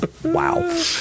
Wow